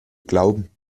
glauben